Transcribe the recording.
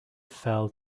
fell